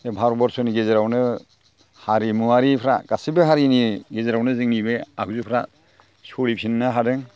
भारत बरस'नि गेजेरावनो हारिमुवारिफ्रा गासैबो हारिनि गेजेरावनो जोंनि बे आगजुफ्रा सोलिफिननो हादों